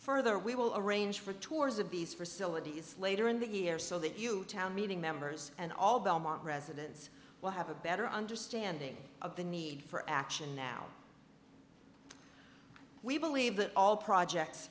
further we will arrange for tours of bees for civility is later in the year so that you town meeting members and all belmont residents will have a better understanding of the need for action now we believe that all projects